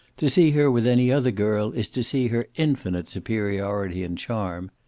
to see her with any other girl is to see her infinite superiority and charm.